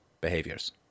behaviors